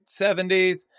70s